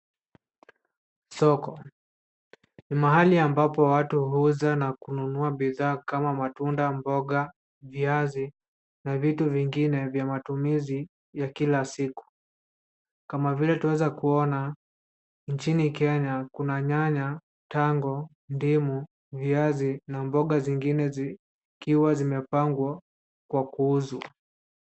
Soko ni mahali ambapo watu huuza na kununua bidhaa kama matunda, mboga, viazi na vitu vingine vya matumizi ya kila siku. Kama vile tunaweza kuona nchini Kenya kuna nyanya, tango, ndimu, viazi na mboga zingine zikiwa zimepangwa kwa kuuzwa.